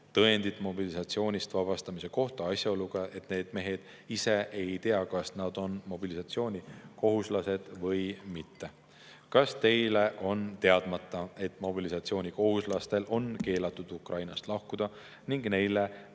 tõendit mobilisatsioonist vabastamise kohta[,] asjaoluga, et need mehed ise ei tea, kas nad on mobilisatsioonikohuslased või mitte. Kas Teile on teadmata, et mobilisatsioonikohuslastel on keelatud Ukrainast lahkuda ning neile